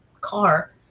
car